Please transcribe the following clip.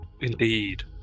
Indeed